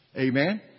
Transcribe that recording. Amen